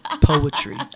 Poetry